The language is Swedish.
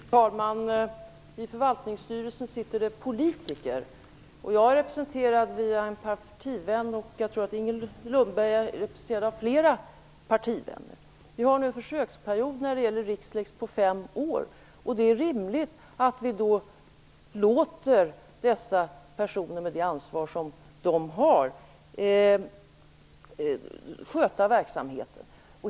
Fru talman! I förvaltningsstyrelsen sitter politiker, och jag är representerad via en partivän. Jag tror att Inger Lundberg är representerad av flera partivänner. Vi har en försöksperiod när det gäller Rixlex på fem år, och det är rimligt att vi då låter dessa personer, med det ansvar som de har, sköta verksamheten.